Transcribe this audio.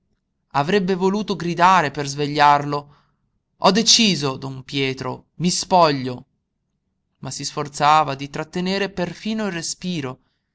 avrebbe voluto gridare per svegliarlo ho deciso don pietro mi spoglio ma si sforzava di trattenere perfino il respiro